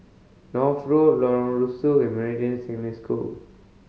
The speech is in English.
North Road Lorong Rusu and Meridian School